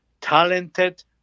talented